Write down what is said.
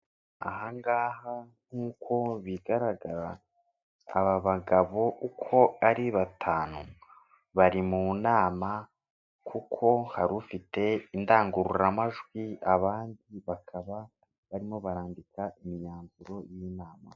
Aha ngaha nk'uko bigaragara aba bagabo uko ari batanu bari mu nama kuko hari ufite indangururamajwi abandi bakaba barimo barandika imyanzuro y'inama.